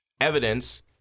evidence